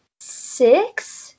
six